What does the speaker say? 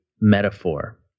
metaphor